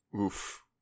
Oof